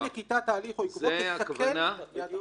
נכתוב "אם שוכנע שאי-נקיטת ההליך או עיכובו תסכל את גביית החוב".